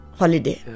holiday